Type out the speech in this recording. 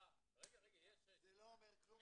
ביטחה -- זה לא אומר כלום